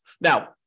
Now